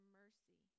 mercy